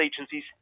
agencies